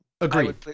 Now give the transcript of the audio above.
Agreed